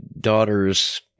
daughter's